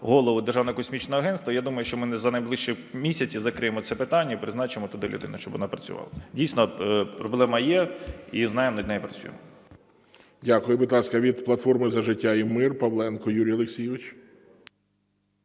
Голову Державного космічного агентства. Я думаю, що ми за найближчі місяці закриємо це питання і призначимо туди людину, щоб вона працювала. Дійсно, проблема є, її знаємо, над нею працюємо. ГОЛОВУЮЧИЙ. Дякую. Будь ласка, від "Платформи за життя та мир" Павленко Юрій Олексійович.